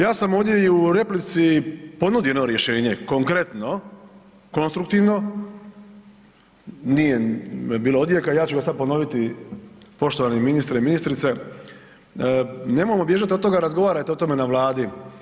Ja sam ovdje i u replici ponudio jedno rješenje konkretno, konstruktivno, nije me bilo ovdje, ja ću ga sad ponoviti poštovani ministre i ministrice, nemojmo bježati od toga razgovarajte o tome na Vladi.